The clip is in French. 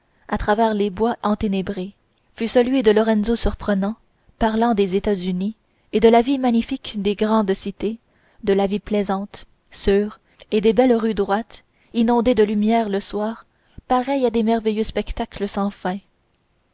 à travers les bois enténébrés fut celui de lorenzo surprenant parlant des états-unis et de la vie magnifique des grandes cités de la vie plaisante sûre et des belles rues droites inondées de lumière le soir pareilles à de merveilleux spectacles sans fin